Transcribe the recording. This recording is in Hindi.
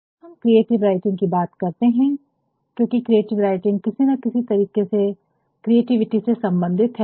अब जब हम क्रिएटिविटी के बात करते हैं क्योंकि क्रिएटिव राइटिंग किसी न किसी तरीके से क्रिएटिविटी से संबंधित है